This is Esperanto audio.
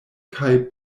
kaj